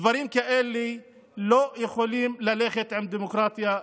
דברים כאלה לא יכולים ללכת עם דמוקרטיה.